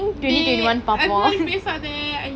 dey அந்த மாதிரி பேசாதே:antha maathiri pesathe